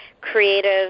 creative